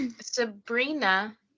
Sabrina